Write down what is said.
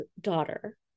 daughter